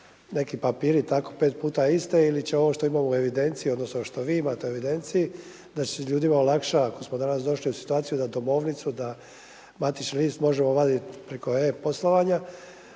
neki papiri tako 5 puta iste ili će ovo što imamo u evidenciji odnosno što vi imate u evidenciji da se ljudima olakša. Ako smo danas došli u situaciju da domovnicu, da matični list možemo vaditi preko e-poslovanja,